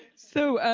so,